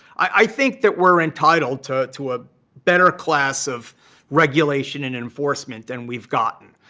i think that we're entitled to to a better class of regulation and enforcement than we've gotten.